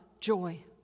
joy